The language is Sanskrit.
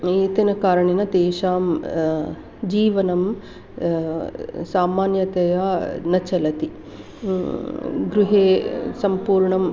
एतेन कारणेन तेषां जीवनं सामान्यतया न चलति गृहे सम्पूर्णम्